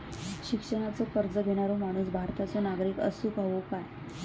शिक्षणाचो कर्ज घेणारो माणूस भारताचो नागरिक असूक हवो काय?